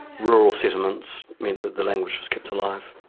rural settlements meant that the language was kept alive.